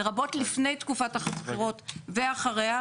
לרבות לפני תקופת הבחירות ואחריה,